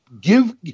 give